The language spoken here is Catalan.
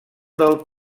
del